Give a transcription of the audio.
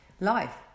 life